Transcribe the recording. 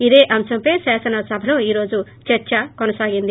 ఇదే అంశంపై శాసన సభలో ఈ రోజు చర్చ జరిగింది